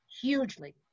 hugely